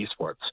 esports